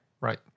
Right